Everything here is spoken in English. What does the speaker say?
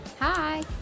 Hi